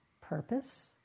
purpose